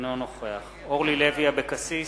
אינו נוכח אורלי לוי אבקסיס,